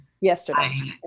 yesterday